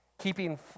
keeping